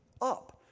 up